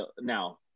now